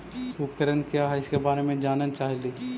उपकरण क्या है इसके बारे मे जानल चाहेली?